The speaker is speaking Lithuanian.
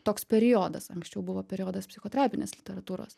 toks periodas anksčiau buvo periodas psichoterapinės literatūros